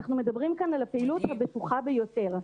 אנחנו מדברים כאן על הפעילות הבטוחה ביותר.